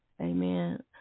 Amen